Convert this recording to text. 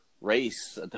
race